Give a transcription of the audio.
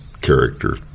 character